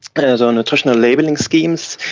kind of so nutritional labelling schemes,